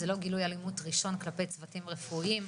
זה לא גילוי אלימות ראשון כלפי צוותים רפואיים.